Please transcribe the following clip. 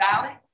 valley